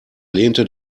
lehnte